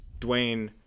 Dwayne